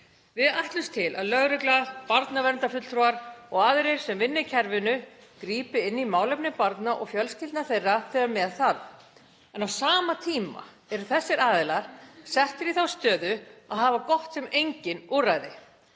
Við ætlumst til að lögregla, barnaverndarfulltrúar og aðrir sem vinna í kerfinu grípi inn í málefni barna og fjölskyldna þeirra þegar með þarf. En á sama tíma eru þessir aðilar settir í þá stöðu að hafa gott sem engin úrræði.